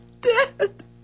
dead